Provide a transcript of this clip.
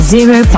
Zero